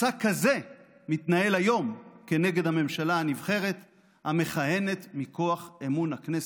מסע כזה מתנהל היום כנגד הממשלה הנבחרת המכהנת מכוח אמון הכנסת,